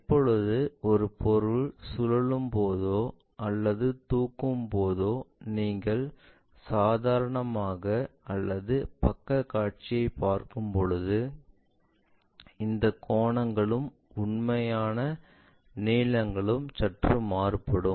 எப்பொழுது ஒரு பொருள் சூழலும் போதோ அல்லது தூக்கும் போதோ நீங்கள் சாதாரணமாக அல்லது பக்கக் காட்சியைப் பார்க்கும்போது இந்த கோணங்களும் உண்மையான நீளங்களும் சற்று மாறுபடும்